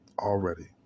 Already